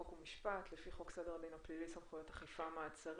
חוק ומשפט לפי חוק סדר הדין הפלילי (סמכויות אכיפה מעצרים),